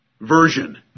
version